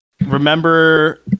remember